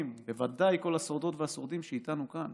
ובוודאי כל השורדות והשורדים שאיתנו כאן,